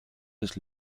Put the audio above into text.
des